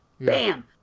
Bam